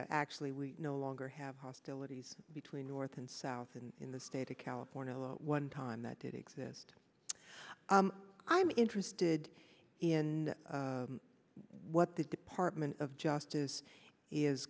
e actually we no longer have hostilities between north and south and in the state of california one time that did exist i'm interested in what the department of justice is